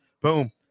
Boom